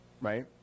right